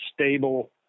stable